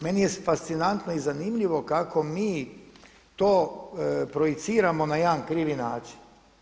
Meni je fascinantno i zanimljivo kao mi to projiciramo na jedan krivi način.